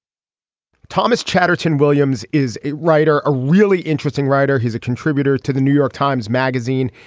thomas chatterton williams is a writer. a really interesting writer. he's a contributor to the new york times magazine.